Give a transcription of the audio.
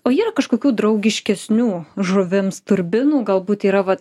o yra kažkokių draugiškesnių žuvims turbinų galbūt yra vat